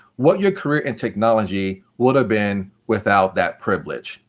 what your career in technology would have been without that privilege.